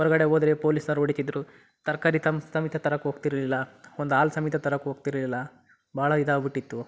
ಹೊರ್ಗಡೆ ಹೋದ್ರೆ ಪೊಲೀಸ್ನವ್ರು ಹೊಡಿತಿದ್ರು ತರಕಾರಿ ತಮ್ಮ ಸಮೇತ ತರಕ್ಕೆ ಹೋಗ್ತಿರಲಿಲ್ಲ ಒಂದು ಹಾಲು ಸಮೇತ ತರಕ್ಕೆ ಹೋಗ್ತಿರಲಿಲ್ಲ ಭಾಳ ಇದಾಗ್ಬಿಟಿತ್ತು